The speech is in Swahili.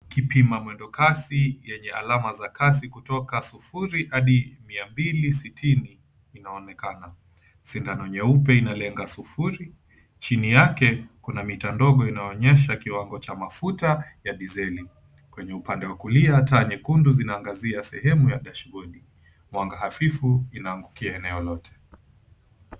Kipima mwendo kasi yenye alama ya kasi kutoka sufuri hadi mia mbili sitini inaonekana. Sindano nyeupe inalenga sufuri chini yake kuna mita ndogo inayoonyesha kiwango cha mafuta ya dizeli. Kwenye upande wa kulia taa nyekundu zinaangazia sehemu ya dashboard . Mwanga hafifu inaangukia eneo lote.